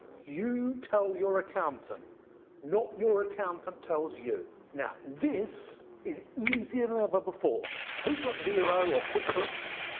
you tell your accountant not your accountant tells you. now this is easier than ever before. who's got xero or quickbooks?